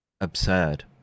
absurd